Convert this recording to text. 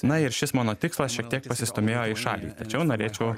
na ir šis mano tikslas šiek tiek pasistūmėjo į šalį tačiau norėčiau